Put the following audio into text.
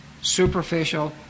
superficial